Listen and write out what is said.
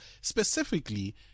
specifically